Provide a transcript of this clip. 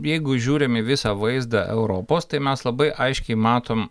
jeigu žiūrim į visą vaizdą europos tai mes labai aiškiai matom